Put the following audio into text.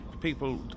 people